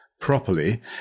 properly